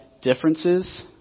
differences